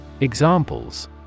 Examples